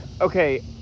Okay